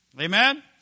Amen